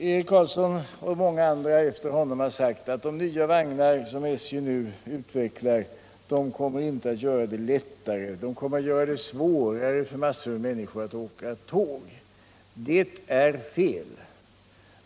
Eric Carlsson och många andra efter honom har sagt att de nya vagnar som SJ nu utvecklar inte kommer att göra det lättare, utan kommer att göra det svårare för massor av människor att åka tåg. Det är fel.